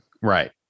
Right